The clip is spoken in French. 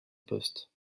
poste